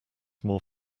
more